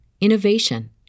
innovation